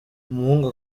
umuhungu